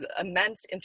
immense